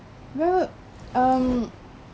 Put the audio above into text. look um